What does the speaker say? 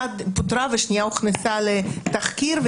אחת פוטרה והשנייה הוכנסה לתחקיר,